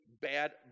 bad